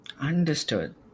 understood